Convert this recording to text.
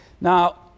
Now